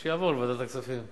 אז שיעבור לוועדת הכספים.